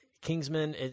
Kingsman